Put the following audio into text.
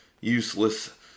useless